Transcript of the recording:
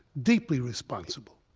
deeply responsible.